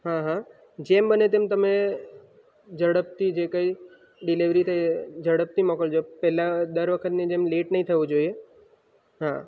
હા હા જેમ બને તેમ તમે ઝડપથી જે કંઈ ડિલેવરી કંઈ ઝડપથી મોકલજો પહેલાં દર વખતની જેમ લેટ નહીં થવું જોઈએ હા